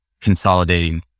consolidating